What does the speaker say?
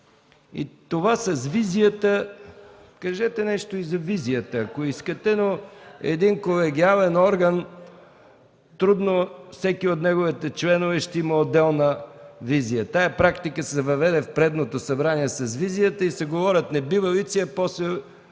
Това с визията – кажете нещо и за визията, ако искате, но в един колегиален орган трудно всеки от неговите членове ще има отделна визия. Тази практика се въведе в предното Събрание – с визията, и се говорят небивалици, а после